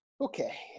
Okay